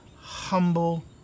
humble